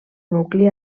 nucli